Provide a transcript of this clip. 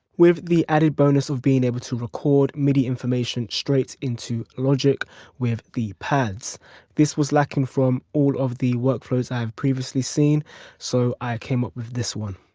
with the added buns of being able to record midi information straight into logic with the pads this was lacking from all of the workflows i have previously seen so i came up with this one.